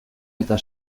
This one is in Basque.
eta